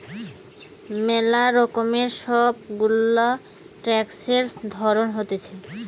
ম্যালা রকমের সব গুলা ট্যাক্সের ধরণ হতিছে